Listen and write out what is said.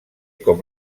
com